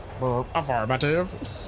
Affirmative